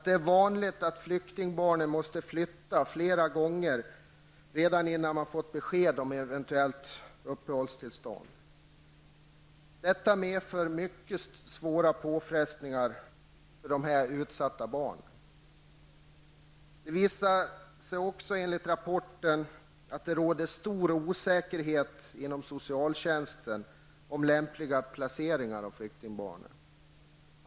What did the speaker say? Det är vanligt att flyktingbarnen måste flytta flera gånger redan innan de får besked om eventuellt uppehållstillstånd, vilket medför mycket svåra påfrestningar för dessa utsatta barn. Det visar sig även att det råder stor osäkerhet inom socialtjänsten om lämpliga placeringar av flyktingbarnen.